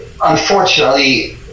unfortunately